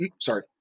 Sorry